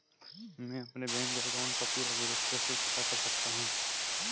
मैं अपने bank account का पूरा विवरण कैसे पता कर सकता हूँ?